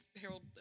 Harold